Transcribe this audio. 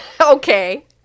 Okay